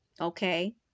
Okay